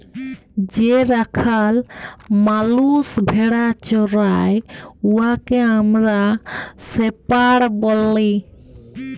যে রাখাল মালুস ভেড়া চরাই উয়াকে আমরা শেপাড় ব্যলি